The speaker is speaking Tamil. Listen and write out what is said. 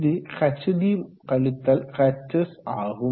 இது hd - hs ஆகும்